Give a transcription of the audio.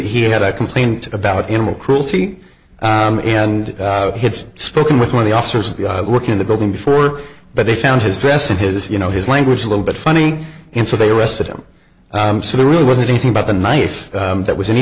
he had a complaint about animal cruelty and hits spoken with one of the officers work in the building before but they found his dress and his you know his language a little bit funny and so they arrested him i'm so there really wasn't anything about the knife that was any